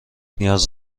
نیاز